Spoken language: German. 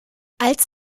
als